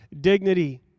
dignity